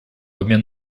обмен